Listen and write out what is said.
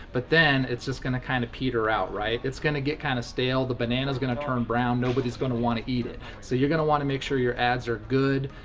but then its just gonna kind of peter out, right? its gonna get kind of stale, the bananas gonna turn brown, nobodys gonna wanna eat it. so you're gonna wanna make sure your ads are good,